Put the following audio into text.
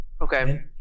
Okay